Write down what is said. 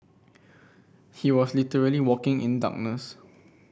he was literally walking in darkness